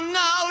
no